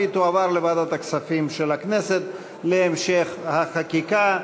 והיא תועבר לוועדת הכספים של הכנסת להמשך החקיקה.